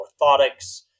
orthotics